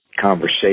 conversation